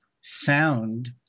sound